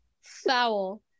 Foul